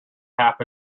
half